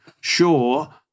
sure